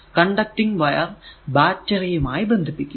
conducting wire conducting wire battery യുമായി ബന്ധിപ്പിക്കുക